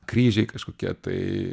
kryžiai kažkokie tai